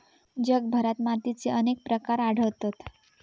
जगभरात मातीचे अनेक प्रकार आढळतत